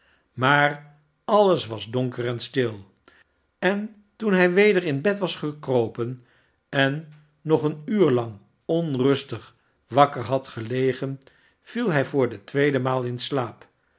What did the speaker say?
maar alles was donker en stil en toen hij weder in bed was gekropen en nog een uur lang onrustig wakker had gelegen viel hij voor de tweede maal in slaap